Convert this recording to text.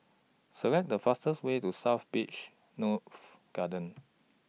Select The fastest Way to South Beach North Garden